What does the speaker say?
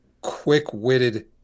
quick-witted